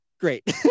great